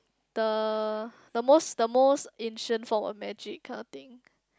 the the most the most ancient form of magic kind of thing